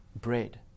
Bread